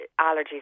allergies